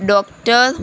doctor